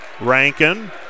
Rankin